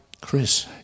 Chris